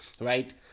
right